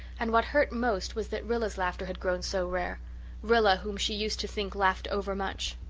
and what hurt most was that rilla's laughter had grown so rare rilla whom she used to think laughed over-much.